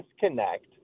disconnect